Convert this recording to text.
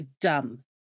dumb